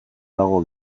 dago